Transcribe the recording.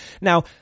Now